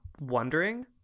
wondering